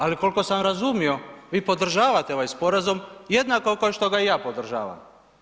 Ali, koliko sam razumio, vi podržavate ovaj sporazum jednako kao što ga i ja podržavam.